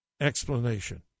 explanation